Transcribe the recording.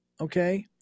Okay